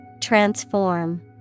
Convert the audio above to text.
Transform